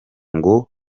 ngo